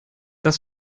das